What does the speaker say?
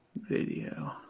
video